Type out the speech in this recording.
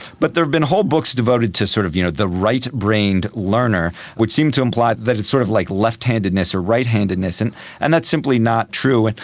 but there have been whole books devoted to sort of you know the right-brained learner, which seems to imply that it's sort of like left-handedness or right-handedness, and and that's simply not true. and